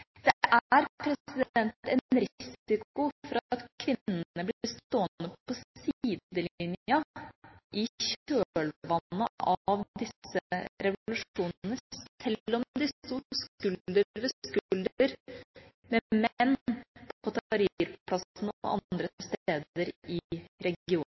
Det er en risiko for at kvinnene blir stående på sidelinja i kjølvannet av disse revolusjonene, sjøl om de sto skulder ved skulder med menn på Tahrir-plassen og andre steder i regionen.